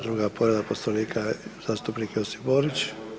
Druga povreda Poslovnika je zastupnik Josip Borić.